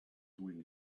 doing